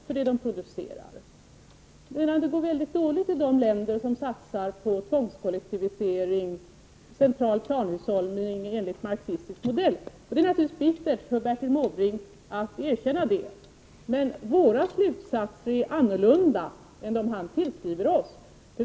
Däremot går det mycket dåligt i de länder som satsar på tvångskollektivisering och central planhushållning enligt marxistisk modell. Det är naturligtvis bittert för Bertil Måbrink att behöva erkänna det, men våra slutsatser är annorlunda än de han tillskriver oss.